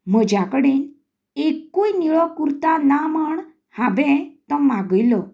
म्हज्या कडेन एकूय निळो कुर्ता ना म्हण हांवे तो मागयलो